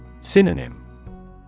Synonym